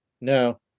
No